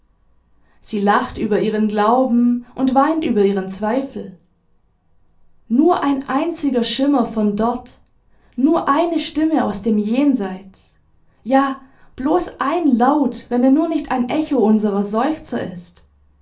sie lacht über ihren glauben und weint über ihren zweifel nur ein einziger schimmer von dort nur eine stimme aus dem jenseits ja bloß ein laut wenn er nur nicht ein echo unserer seufzer ist